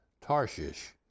Tarshish